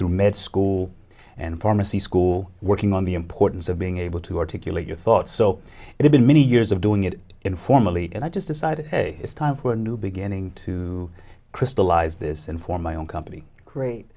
through med school and pharmacy school working on the importance of being able to articulate your thoughts so it's been many years of doing it informally and i just decided it's time for a new beginning to crystallize this and for my own company great